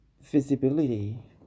visibility